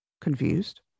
confused